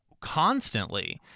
constantly